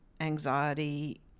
anxiety